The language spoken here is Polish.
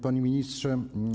Panie Ministrze!